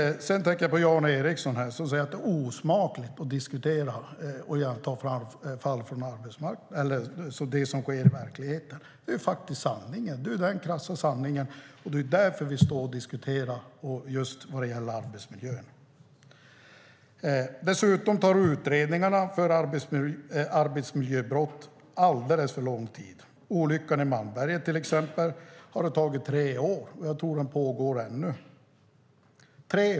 Sedan tänkte jag på Jan Ericson, som sade att det är osmakligt att ta fram det som sker i verkligheten. Men det är faktiskt den krassa sanningen. Det är därför vi står och diskuterar just arbetsmiljön. Dessutom tar utredningarna om arbetsmiljöbrott alldeles för lång tid. Utredningen om olyckan i Malmberget har till exempel tagit tre år, och jag tror att den pågår ännu.